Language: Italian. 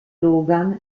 logan